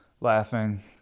laughing